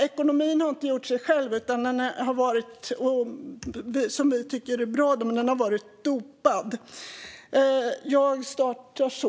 Ekonomin har alltså inte hållit igång sig själv utan har varit dopad, vilket vi i och för sig tycker är bra. Jag startar så.